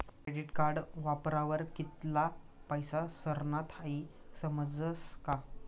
credit card वापरावर कित्ला पैसा सरनात हाई समजस का